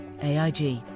AIG